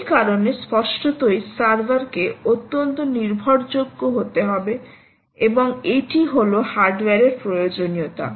এই কারণে স্পষ্টতই সার্ভার কে অত্যন্ত নির্ভরযোগ্য হতে হবে এবং এটি হল হার্ডওয়্যার এর প্রয়োজনীয়তা